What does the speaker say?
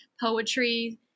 poetry